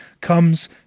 comes